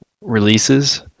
releases